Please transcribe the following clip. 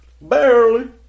barely